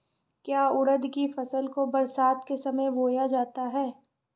क्या उड़द की फसल को बरसात के समय बोया जाता है?